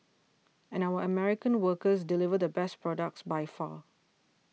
and our American workers deliver the best products by far